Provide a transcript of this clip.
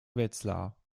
wetzlar